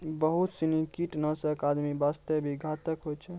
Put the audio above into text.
बहुत सीनी कीटनाशक आदमी वास्तॅ भी घातक होय छै